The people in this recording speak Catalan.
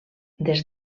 des